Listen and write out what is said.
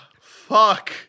fuck